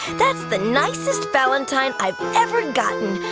that's the nicest valentine i've ever gotten.